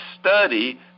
study